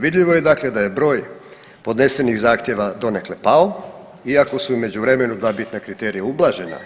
Vidljivo je dakle da je broj podnesenih zahtjeva donekle pao iako su u međuvremenu dva bitna kriterija ublažena.